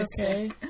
okay